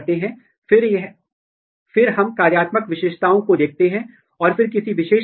लेकिन अगर आप इस क्षेत्र को देखते हैं तो बाइंडिंग बहुत कम है